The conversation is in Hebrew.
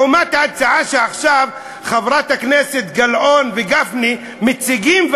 לעומת ההצעה שעכשיו חברת הכנסת גלאון וגפני מציגים.